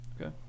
Okay